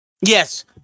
yes